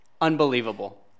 unbelievable